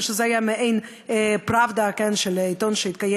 וזה היה מעין "פראבדה" עיתון שהתקיים